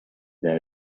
there